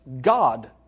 God